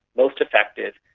most effective,